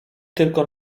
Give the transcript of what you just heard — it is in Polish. tylko